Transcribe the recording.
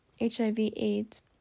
HIV-AIDS